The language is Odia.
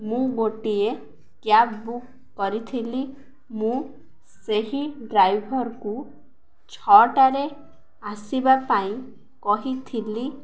ମୁଁ ଗୋଟିଏ କ୍ୟାବ୍ ବୁକ୍ କରିଥିଲି ମୁଁ ସେହି ଡ୍ରାଇଭର୍କୁ ଛଅଟାରେ ଆସିବା ପାଇଁ କହିଥିଲି